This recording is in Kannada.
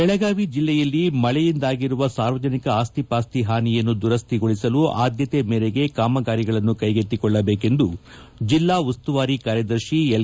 ಬೆಳಗಾವಿ ಜಿಲ್ಲೆಯಲ್ಲಿ ಮಳೆಯಿಂದಾಗಿರುವ ಸಾರ್ವಜನಿಕ ಆಸ್ತಿಪಾಸ್ತಿ ಹಾನಿಯನ್ನು ದುರಸ್ವಿಗೊಳಸಲು ಆದ್ದತೆ ಮೇರೆಗೆ ಕಾಮಗಾರಿಗಳನ್ನು ಕೈಗೆತ್ತಿಕೊಳ್ಳಬೇಕೆಂದು ಜಿಲ್ಲಾಉಸ್ತುವಾರಿ ಕಾರ್ಯದರ್ಶಿ ಎಲ್